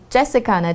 Jessica